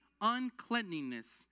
uncleanliness